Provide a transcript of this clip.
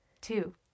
two